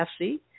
FC